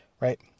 Right